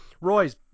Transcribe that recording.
roy's